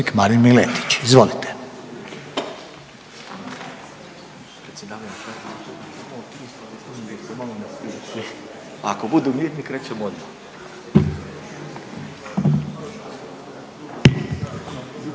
kolega Miletić. Izvolite.